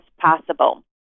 possible